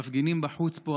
מפגינים בחוץ פה,